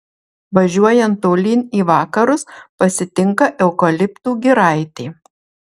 važiuojant tolyn į vakarus pasitinka eukaliptų giraitė